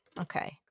Okay